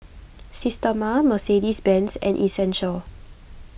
Systema Mercedes Benz and Essential